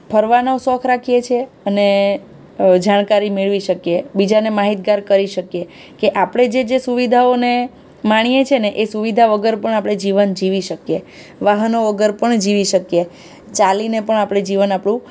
ફરવાનો શોખ રાખીએ છીએ અને જાણકારી મેળવી શકીએ બીજાને માહિતગાર કરી શકીએ કે આપણે જે જે સુવિધાઓને માણીએ છીએ ને એ સુવિધા વગર પણ આપણે જીવન જીવી શકીએ વાહનો વગર પણ જીવી શકીએ ચાલીને પણ આપણે જીવન આપણું